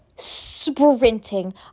Sprinting